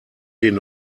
den